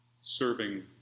serving